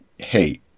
hey